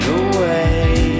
away